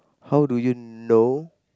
how do you know